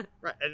Right